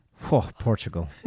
Portugal